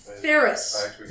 Ferris